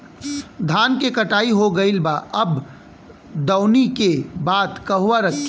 धान के कटाई हो गइल बा अब दवनि के बाद कहवा रखी?